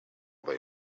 they